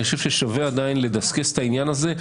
אני חושב ששווה לדסקס את העניין הזה,